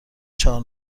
چهار